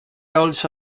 also